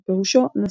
שפירושו נשא.